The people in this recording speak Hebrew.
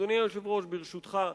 אדוני היושב-ראש, ברשותך,